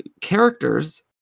characters